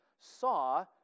saw